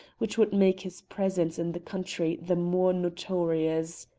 which would make his presence in the country the more notorious.